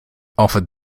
offered